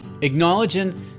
acknowledging